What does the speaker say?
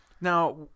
Now